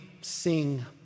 sing